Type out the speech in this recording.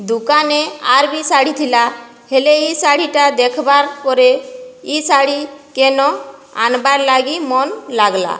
ଦୁକାନେ ଆର୍ ବି ଶାଢ଼ୀ ଥିଲା ହେଲେ ଇ ସାଢ଼ୀଟା ଦେଖ୍ବାର୍ ପରେ ଇ ସାଢ଼ୀକେନ ଆନ୍ବାର୍ ଲାଗି ମନ୍ ଲାଗ୍ଲା